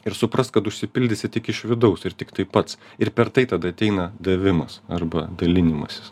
ir suprast kad užsipildysi tik iš vidaus ir tiktai pats ir per tai tada ateina davimas arba dalinimasis